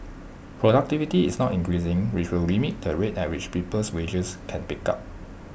productivity is not increasing which will limit the rate at which people's wages can pick up